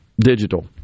digital